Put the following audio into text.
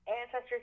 ancestors